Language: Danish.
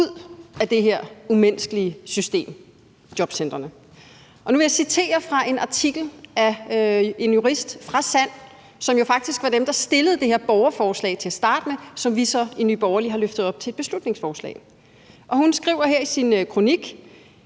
ud af det her umenneskelige system, jobcentrene. Og nu vil jeg citere fra en artikel af en jurist fra SAND, som jo faktisk var dem, der stillede det her borgerforslag til at starte med, som vi så i Nye Borgerlige har løftet op til et beslutningsforslag, og hun skriver her i sin kronik: